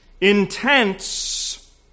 intense